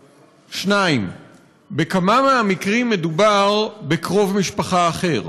2. בכמה מהמקרים מדובר בקרוב משפחה אחר?